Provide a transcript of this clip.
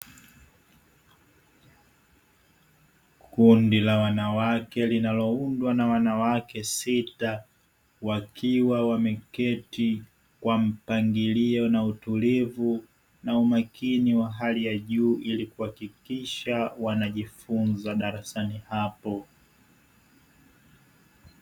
Kundi la wanawake linaloundwa na wanawake sita wakiwa wameketi kwa mpangilio na utulivu na umakini wa hali ya juu, ili kuhakikisha wanajifunza darasani hapo.